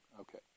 Okay